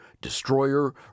destroyer